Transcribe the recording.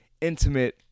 intimate